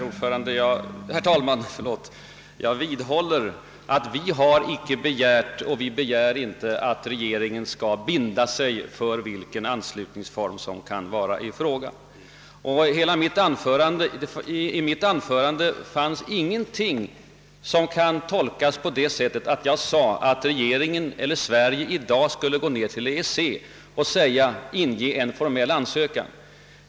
Herr talman! Jag vidhåller mitt påstående att högerpartiet inte har begärt och inte heller nu begär att regeringen skall binda sig för vilken anslutningsform som skall komma i fråga. I mitt anförande fanns inte heller någonting som kunde tolkas på det sättet, att jag ansåg att Sverige i dag skulle inge en formell ansökan till EEC.